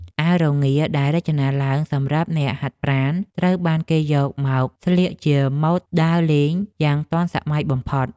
អាវរងាដែលរចនាឡើងសម្រាប់អ្នកហាត់ប្រាណត្រូវបានគេយកមកស្លៀកជាម៉ូដដើរលេងយ៉ាងទាន់សម័យបំផុត។